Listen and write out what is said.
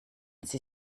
sie